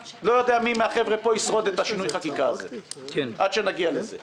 אני לא יודע מי מהחבר'ה פה ישרוד עד שנגיע לשינוי החקיקה הזה.